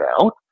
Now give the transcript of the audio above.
out